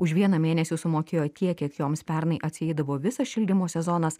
už vieną mėnesį sumokėjo tiek kiek joms pernai atsieidavo visas šildymo sezonas